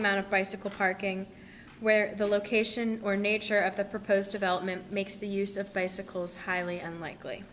amount of bicycle parking where the location or nature of the proposed development makes the use of basic rules highly unlikely